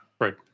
Right